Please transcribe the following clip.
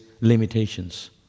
limitations